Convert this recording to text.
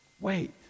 Wait